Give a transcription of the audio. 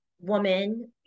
woman